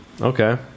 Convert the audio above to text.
Okay